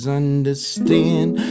understand